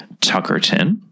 Tuckerton